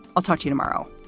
i'll talk to you tomorrow